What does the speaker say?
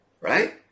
right